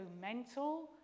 mental